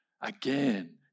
Again